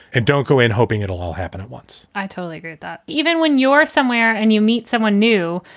and don't go in hoping it'll all happen at once i totally agree with that. even when you're somewhere and you meet someone new,